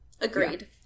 Agreed